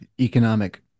economic